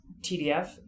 TDF